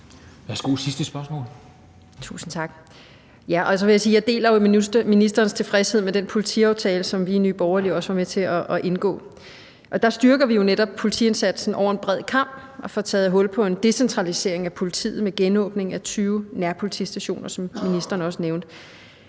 Så vil jeg sige, at jeg jo deler ministerens tilfredshed med den politiaftale, som vi i Nye Borgerlige også var med til at indgå. Der styrker vi jo netop politiindsatsen over en bred kam og får taget hul på en decentralisering af politiet med genåbningen af 20 nærpolitistationer, som ministeren også nævnte.